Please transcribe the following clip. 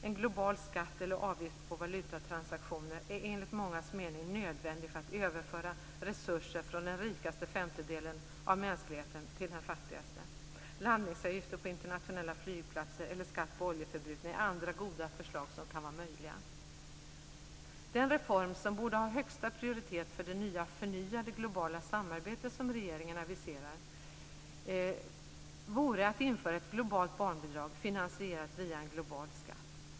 En global skatt eller avgift på valutatransaktioner är enligt mångas mening nödvändig för att överföra resurser från den rikaste femtedelen av mänskligheten till den fattigaste. Landningsavgifter på internationella flygplatser eller skatt på oljeförbrukning är andra goda förslag som kan vara möjliga. Den reform som borde ha högsta prioritet för det förnyade globala samarbete som regeringen aviserar vore att införa ett globalt barnbidrag finansierat via en global skatt.